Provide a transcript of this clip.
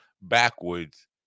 backwards